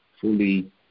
fully